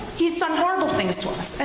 he's done horrible things to us,